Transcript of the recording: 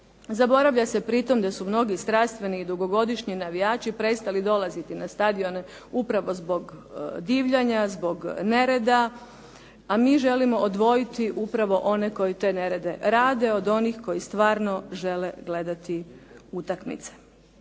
Zaboravlja se pritom da su mnogi strastveni i dugogodišnji navijači prestali dolaziti na stadione upravo zbog divljanja, zbog nereda. A mi želimo odvojiti upravo one koji te nerede rade od onih koji stvarno žele gledati utakmice.